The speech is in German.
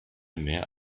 mehr